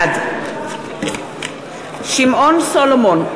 בעד שמעון סולומון,